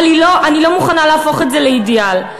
אבל אני לא מוכנה להפוך את זה לאידיאל.